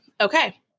okay